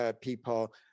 People